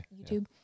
YouTube